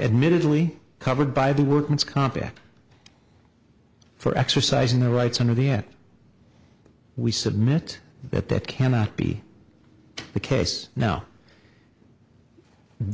admittedly covered by the workman's comp act for exercising their rights under the act we submit that that cannot be the case now